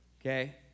okay